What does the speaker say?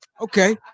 Okay